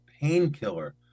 painkiller